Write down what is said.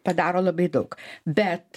padaro labai daug bet